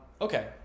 Okay